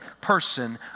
person